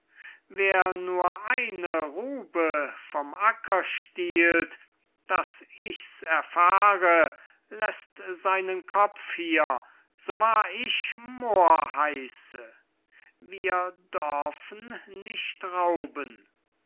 wer nur eine rübe vom acker stiehlt daß ich's erfahre läßt seinen kopf hier so wahr ich moor heiße wir dörfen nicht rauben